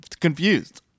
confused